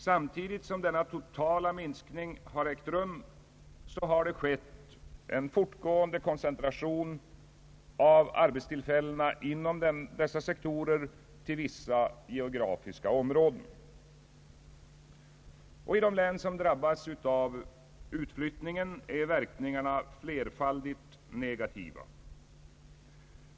Samtidigt har det skett en koncentration av = arbetstillfällena inom denna sektor till vissa geografiska områden. I de län som drabbas av utflyttningen är verkningarna flerfaldigt negativa.